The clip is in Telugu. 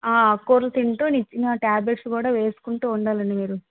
ఆకుకూరలు తింటూ ఇచ్చిన ట్యాబ్లెట్స్ కూడ వేసుకుంటూ ఉండాలండి మీరు